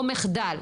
או מחדל,